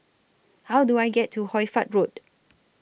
How Do I get to Hoy Fatt Road